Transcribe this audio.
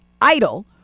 idle